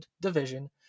Division